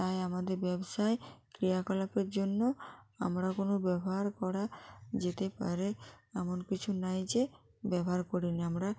তাই আমাদের ব্যবসায় ক্রিয়াকলাপের জন্য আমরা কোনো ব্যবহার করা যেতে পারে এমন কিছু নাই যে ব্যবহার করিনি আমরা